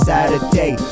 Saturday